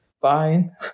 fine